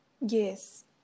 Yes